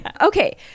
Okay